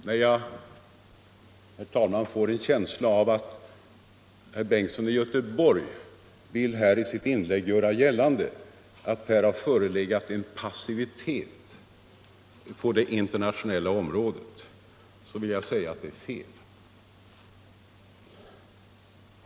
Men, herr talman, jag får en känsla av att herr Bengtsson i Göteborg i sitt inlägg vill göra gällande att här har förelegat en passivitet på det internationella området. Jag vill säga att detta är fel.